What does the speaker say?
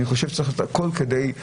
אני חושב שצריך לעשות הכול כדי למחוק לו.